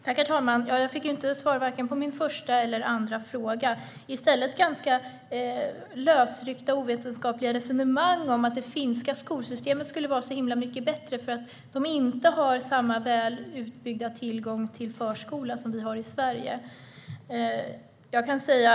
Herr talman! Jag fick inte svar på vare sig min första eller min andra fråga. I stället fick jag ganska lösryckta ovetenskapliga resonemang om att det finska skolsystemet skulle vara så himla mycket bättre för att Finland inte har samma väl utbyggda tillgång till förskola som vi har i Sverige.